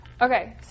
Okay